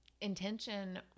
intention